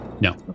No